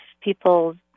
people